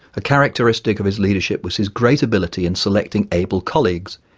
a characteristic of his leadership was his great ability in selecting able colleagues,